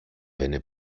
venne